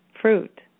fruit